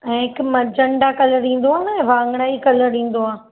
ऐं हिकु magenta colour ईंदो आहे न वाङणई कलर ईंदो आहे